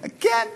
כן.